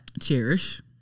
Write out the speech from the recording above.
Cherish